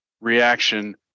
reaction